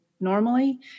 normally